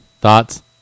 thoughts